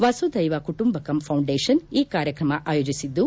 ವಸುಧೈವ Kutumbakam foundation ಈ ಕಾರ್ಯಕ್ರಮ ಆಯೋಜಿಸಿದ್ದು